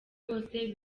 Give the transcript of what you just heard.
kose